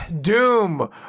Doom